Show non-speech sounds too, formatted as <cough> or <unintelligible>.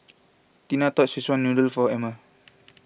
Tina <unintelligible> Szechuan Noodle for Emmer